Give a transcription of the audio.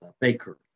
Baker